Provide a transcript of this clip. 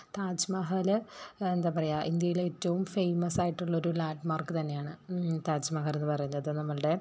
താജ് മഹൽ എന്താ പറയുക ഇന്ത്യയിലെ ഏറ്റവും ഫേയ്മസായിട്ടുള്ളൊരു ലാൻഡ് മാർക്ക് തന്നെയാണ് താജ് മഹലെന്നു പറയുന്നത് നമ്മളുടെ